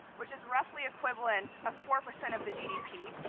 which is roughly equivalent of four percent of the gdp.